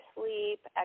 sleep